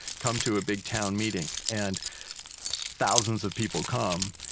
come to a big town meeting. and thousands of people come,